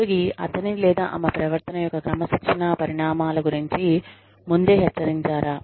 ఉద్యోగి అతని లేదా ఆమె ప్రవర్తన యొక్క క్రమశిక్షణా పరిణామాల గురించి ముందే హెచ్చరించారా